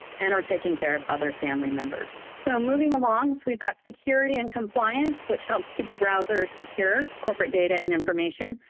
and or taking care other family members. so moving along, we've got security and compliance, which helps to keep the browser secure, corporate data and information,